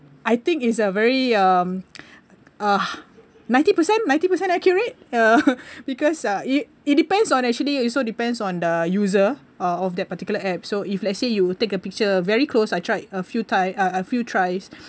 I think is a very um uh ninety percent ninety percent accurate uh because uh it it depends on actually also depends on the user uh of that particular app so if let's say you take a picture very close I tried a few times a a few tries